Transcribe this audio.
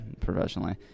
professionally